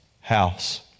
house